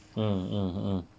mm mm mm